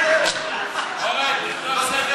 אורן, אל תסכם,